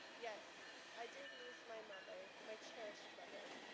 yes, i did lose my mother, my cherished mother.